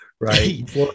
right